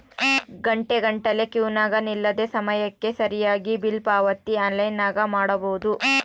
ಘಂಟೆಗಟ್ಟಲೆ ಕ್ಯೂನಗ ನಿಲ್ಲದೆ ಸಮಯಕ್ಕೆ ಸರಿಗಿ ಬಿಲ್ ಪಾವತಿ ಆನ್ಲೈನ್ನಾಗ ಮಾಡಬೊದು